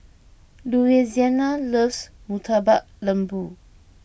Louisiana loves Murtabak Lembu